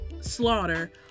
Slaughter